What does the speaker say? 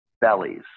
bellies